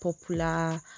popular